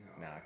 No